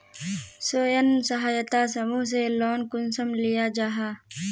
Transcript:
स्वयं सहायता समूह से लोन कुंसम लिया जाहा?